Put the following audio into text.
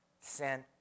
sent